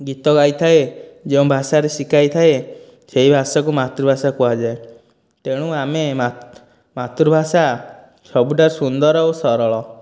ଗୀତ ଗାଇଥାଏ ଯେଉଁ ଭାଷାରେ ଶିଖାଇଥାଏ ସେଇ ଭାଷାକୁ ମାତୃଭାଷା କୁହାଯାଏ ତେଣୁ ଆମେ ମାତୃଭାଷା ସବୁଠାରୁ ସୁନ୍ଦର ଓ ସରଳ